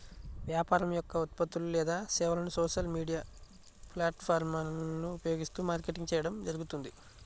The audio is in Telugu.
వ్యాపారం యొక్క ఉత్పత్తులు లేదా సేవలను సోషల్ మీడియా ప్లాట్ఫారమ్లను ఉపయోగిస్తూ మార్కెటింగ్ చేయడం జరుగుతుంది